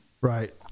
Right